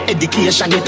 Education